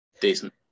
Decent